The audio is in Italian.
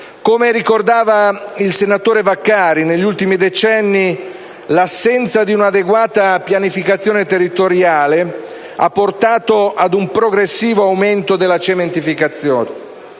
Come ricordava il senatore Vaccari, negli ultimi decenni l'assenza di un'adeguata pianificazione territoriale ha portato ad un progressivo aumento della cementificazione.